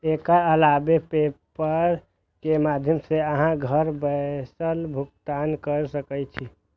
एकर अलावे पेपल के माध्यम सं अहां घर बैसल भुगतान कैर सकै छी